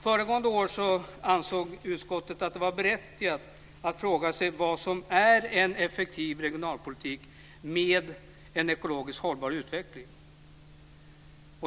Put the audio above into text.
Föregående år ansåg utskottet att det var berättigat att fråga sig vad som är en effektiv regionalpolitik med en ekologiskt hållbar utveckling.